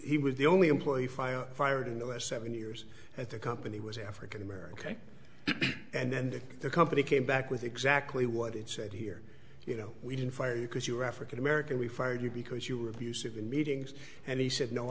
he was the only employee file fired in the last seven years at the company was african american and the company came back with exactly what it said here you know we didn't fire you because you were african american we fired you because you were abusive in meetings and he said no